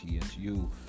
TSU